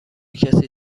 کسی